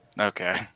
Okay